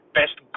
best